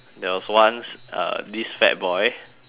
there was once uh this fat boy